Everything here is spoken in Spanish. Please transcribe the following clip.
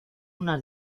unas